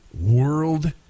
world